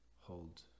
hold